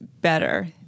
better